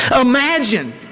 Imagine